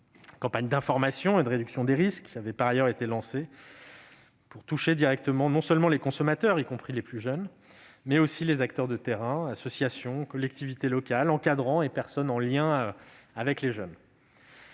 Une campagne d'information et de réduction des risques avait par ailleurs été lancée pour toucher directement non seulement les consommateurs, y compris les plus jeunes, mais aussi les acteurs de terrain : associations, collectivités locales, encadrants et personnes en lien avec les jeunes.